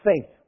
faith